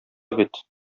бит